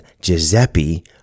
Giuseppe